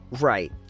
Right